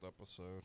episode